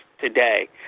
today